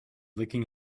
licking